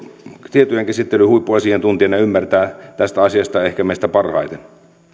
tietojenkäsittelyn huippuasiantuntijana ymmärtää tästä asiasta meistä ehkä parhaiten